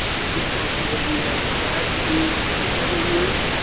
this is something that we have strived to do for several years.